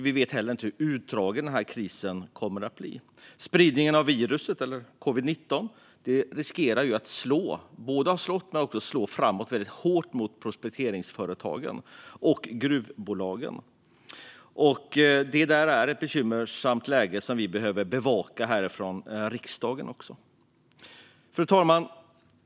Vi vet heller inte hur utdragen krisen kommer att bli. Spridningen av covid-19 har slagit, och riskerar framöver att slå, väldigt hårt mot prospekteringsföretagen och gruvbolagen. Det är ett bekymmersamt läge som vi behöver bevaka härifrån riksdagen. Fru talman!